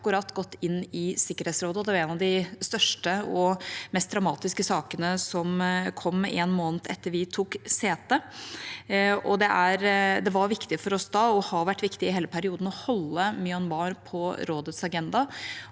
Norge akkurat gått inn i Sikkerhetsrådet. Det var en av de største og mest dramatiske sakene som kom, en måned etter at vi tok sete. Det var viktig for oss da, og det har vært viktig i hele perioden å holde Myanmar på rådets agenda.